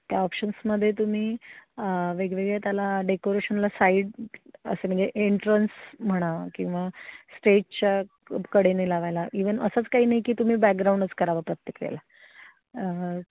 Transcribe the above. त्या ऑप्शन्समध्ये तुम्ही वेगवेगळे त्याला डेकोरेशनला साईड असे म्हणजे एंट्रन्स म्हणा किंवा स्टेजच्या कडेने लावायला इवन असंच काही नाही की तुम्ही बॅग्राऊंडच करावं प्रत्येक वेळेला